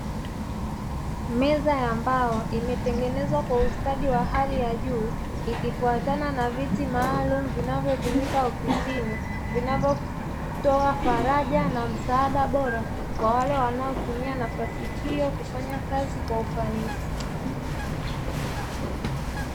Meza ya mbao imetengenezwa kwa ustadi wa hali ya juu, ikifuatana na viti maalumu vinavyotumika ofisi vinavyotoa faraja na msaada bora kwa wale wanaotumia nafasi hiyo kufanyia kazi kwa ufanisi.